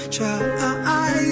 Try